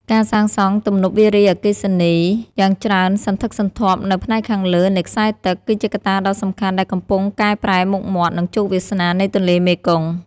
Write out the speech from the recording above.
ការសាងសង់ទំនប់វារីអគ្គិសនីយ៉ាងច្រើនសន្ធឹកសន្ធាប់នៅផ្នែកខាងលើនៃខ្សែទឹក គឺជាកត្តាដ៏សំខាន់ដែលកំពុងកែប្រែមុខមាត់ និងជោគវាសនានៃទន្លេមេគង្គ។